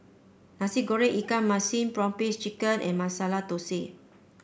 Nasi Goreng Ikan Masin prawn paste chicken and Masala Thosai